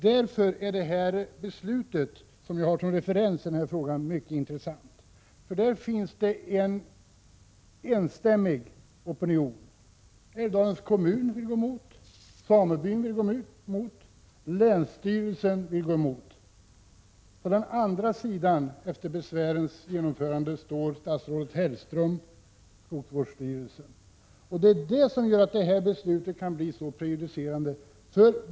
Därför är det beslut som jag har som referens i denna fråga mycket intressant. Där finns en enstämmig opinion. Älvdalens kommun vill gå emot, samebyn vill gå emot och länsstyrelsen vill gå emot. På den andra sidan står — sedan besvären bifallits — statsrådet Hellström och skogsvårdsstyrelsen. Det är detta som gör att beslutet kan bli prejudicerande.